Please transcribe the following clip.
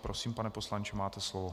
Prosím, pane poslanče, máte slovo.